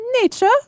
nature